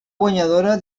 guanyadora